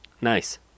nice